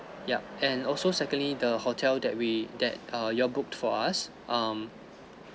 yup and also secondly the hotel that we that err you booked for us um